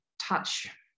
touch